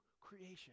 creation